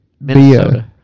Minnesota